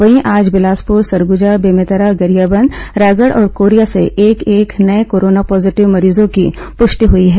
वहीं आज बिलासपुर सरगुजा बेमेतरा गरियाबंद रायगढ़ और कोरिया से एक एक नए कोरोना पॉजीटिव मरीजों की पुष्टि हुई है